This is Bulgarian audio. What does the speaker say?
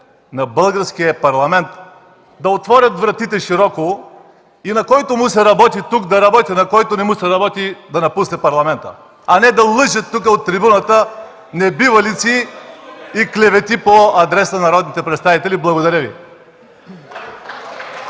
на Българския парламент да отворят вратите широко и на който му се работи тук – да работи, на който не му се работи – да напусне Парламента, а не да лъже тук от трибуната, да казва небивалици и клевети по адрес на народните представители. Благодаря Ви. (Реплики